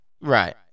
Right